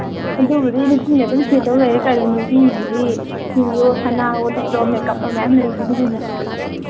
ꯑꯗꯨꯕꯨꯗꯤ ꯅꯨꯄꯤꯅ ꯑꯗꯨꯝ ꯍꯦꯟꯒꯗꯧ ꯂꯩꯔꯦ ꯀꯩꯅꯣ ꯅꯨꯄꯤꯒꯤꯗꯤ ꯑꯩꯈꯣꯏ ꯌꯣ ꯁꯅꯥꯋꯣ ꯂꯤꯛꯂꯣ ꯃꯦꯀꯞꯂꯣ ꯃꯌꯥꯝ ꯂꯩꯔꯤꯁꯤꯗꯤ ꯀꯩꯅꯣ